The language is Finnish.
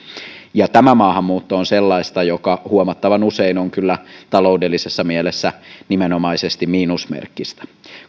tämä maahanmuutto on sellaista joka huomattavan usein on kyllä taloudellisessa mielessä nimenomaisesti miinusmerkkistä